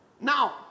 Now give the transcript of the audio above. Now